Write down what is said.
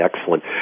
excellent